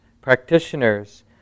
Practitioners